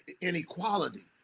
inequality